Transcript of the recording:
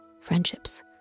friendships